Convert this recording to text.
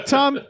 Tom